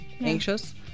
anxious